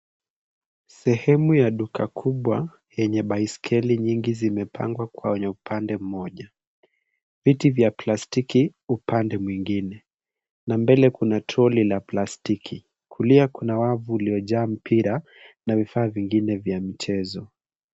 Sehemu ya duka kubwa yenye baiskeli nyingi zimepangwa kwenye upande mmoja. Viti vya plastiki upande mwingine. Na mbele kuna troli la plastiki. Kulia kuna wavu uliojaa mpira na vifaa vingine vya mchezo.